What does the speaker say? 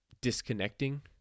disconnecting